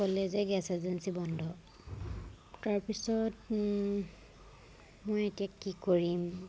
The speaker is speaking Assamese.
ক'লে যে গেছ এজেঞ্চী বন্ধ তাৰপিছত মই এতিয়া কি কৰিম